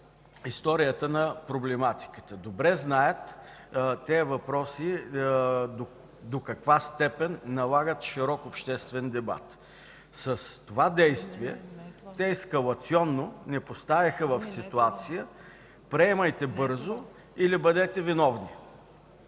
историята на проблематиката, добре знаят тези въпроси до каква степен налагат широк обществен дебат. С това действие те ескалационно ни поставиха в ситуация – приемайте бързо или бъдете виновни.